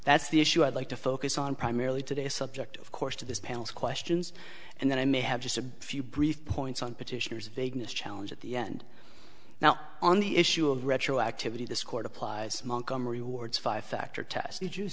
that's the issue i'd like to focus on primarily today subject of course to this panel's questions and then i may have just a few brief points on petitioners vagueness challenge at the end now on the issue of retroactivity this court applies montgomery wards five factor tested you